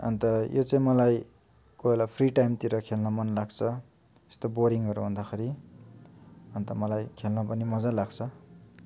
अन्त यो चाहिँ मलाई कोही बेला फ्री टाइमतिर खेल्नु मन लाग्छ यस्तो बोरिङहरू हुँदाखेरि अन्त मलाई खेल्न पनि मजा लाग्छ